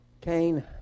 Cain